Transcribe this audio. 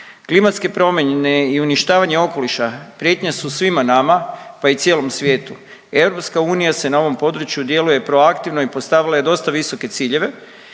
Klimatske promjene i uništavanje okoliša prijetnja su svima nama, pa i cijelom svijetu. Europska unija na ovom području djeluje proaktivno i postavila je dosta visoke ciljeve